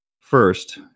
First